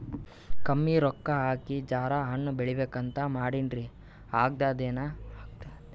ಕಮ್ಮಿ ರೊಕ್ಕ ಹಾಕಿ ಜರಾ ಹಣ್ ಬೆಳಿಬೇಕಂತ ಮಾಡಿನ್ರಿ, ಆಗ್ತದೇನ?